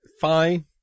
Fine